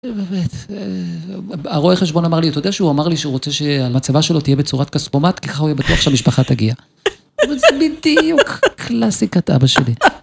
באמת, הרואה חשבון אמר לי, אתה יודע שהוא אמר לי שהוא רוצה שהמצבה שלו תהיה בצורת כספומט, ככה הוא יהיה בטוח שהמשפחה תגיע. זה בדיוק קלאסיקת אבא שלי.